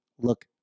look